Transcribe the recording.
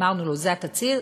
אמרנו לו: זה התצהיר,